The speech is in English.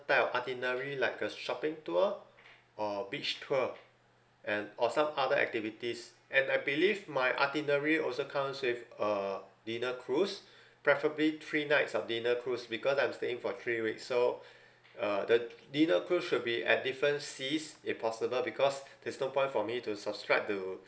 type of itinerary like a shopping tour or beach tour and or some other activities and I believe my itinerary also comes with a dinner cruise preferably three nights of dinner cruise because I'm staying for three weeks so uh the dinner cruise should be at different seas if possible because there's no point for me to subscribe to